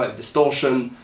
ah distorsion.